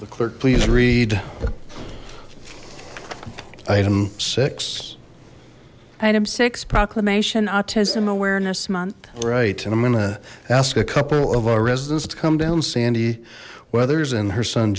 the clerk please read item six item six proclamation autism awareness month right and i'm gonna ask a couple of our residents to come down sandy weathers and her son